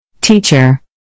Teacher